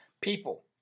people